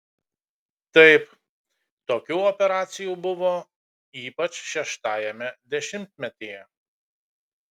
taip tokių operacijų buvo ypač šeštajame dešimtmetyje